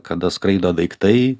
kada skraido daiktai